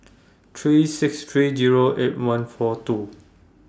three six three Zero eight one four two